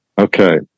Okay